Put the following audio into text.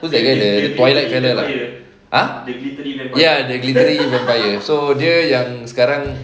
you know that twilight fella lah !huh! ya the glittery vampire so dia yang sekarang